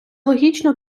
логічно